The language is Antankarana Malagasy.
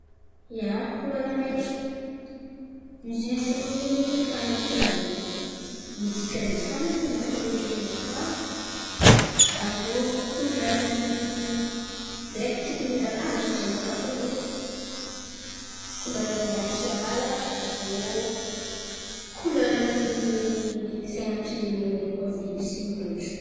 Ia, kolera maintso, izy io zen̈y fan̈antinana ny dikany fan̈antinana zen̈y zio aminakà. Aviô kolerany direkty raha navy an̈aty jerinakà koa zen̈y kolerany atiala aviô kolerany sain̈am-pirenena io koa zen̈y misy maintso.